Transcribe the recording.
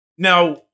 Now